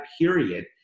period